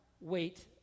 wait